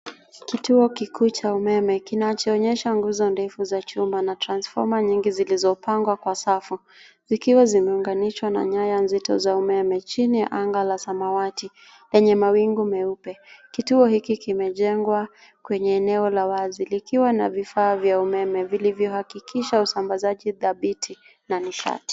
Kituo kikuu cha umeme kinachoonyesha nguzo ndefu za chuma na transfoma nyingi zilizopangwa kwa safu, zikiwa zimeunganishwa na nyaya nzito za umeme chini ya anga la samawati lenye mawingu meupe. Kituo hiki kimejengwa kwenye eneo la wazi likiwa na vifaa vya umeme vilivyohakikisha usambazaji dhabiti na nishati.